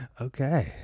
Okay